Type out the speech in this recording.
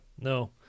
no